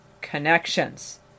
connections